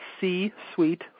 C-suite